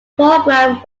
program